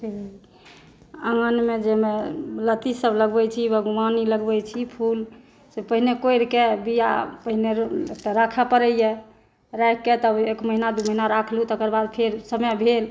आँगनमे जाहिमे लत्तीसभ लगबै छी बाग़वानी लगबै छी फूल से पहिने कोरिक बिया पहिने राखय परै यऽ राख़िक तब एक महीना दू महीना राखलहुँ तकर बाद फेर समय भेल